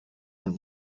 and